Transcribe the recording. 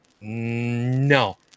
no